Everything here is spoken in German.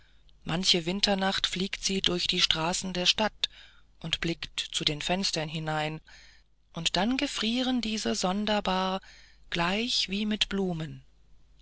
manche winternacht fliegt sie durch die straßen der stadt und blickt zu den fenstern hinein und dann gefrieren diese sonderbar gleich wie mit blumen